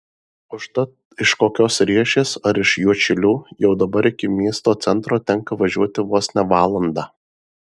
užtat iš kokios riešės ar iš juodšilių jau dabar iki miesto centro tenka važiuoti vos ne valandą